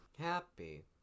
Happy